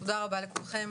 תודה רבה לכולם,